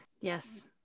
yes